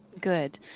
Good